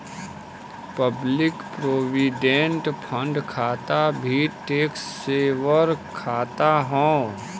public provident fund खाता भी tax saver खाता हौ